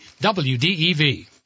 WDEV